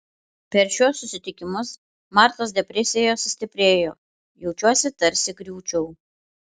per šiuos susitikimus martos depresija sustiprėjo jaučiuosi tarsi griūčiau